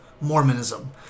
Mormonism